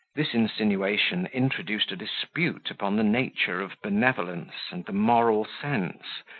this insinuation introduced a dispute upon the nature of benevolence, and the moral sense,